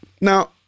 Now